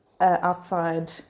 outside